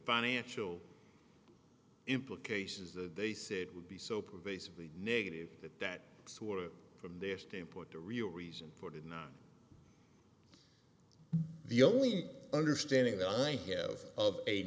financial implications that they said would be so pervasively negative that that sort of from their standpoint the real reason for did not the only understanding that i have